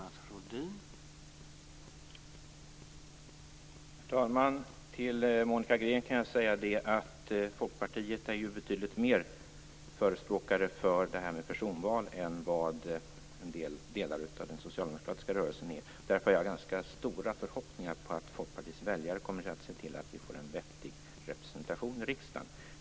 Herr talman! Till Monica Green kan jag säga att Folkpartiet är betydligt större förespråkare för detta med personval än vad delar av den socialdemokratiska rörelsen är. Därför har jag ganska stora förhoppningar om att Folkpartiets väljare kommer att se till att vi får en vettig representation i riksdagen.